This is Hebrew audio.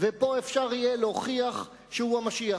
ופה אפשר יהיה להוכיח שהוא המשיח,